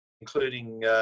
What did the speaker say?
including